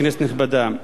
כנסת נכבדה,